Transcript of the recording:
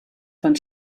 von